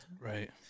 Right